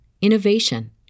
innovation